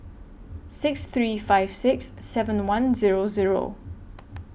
six three five six seven one Zero Zero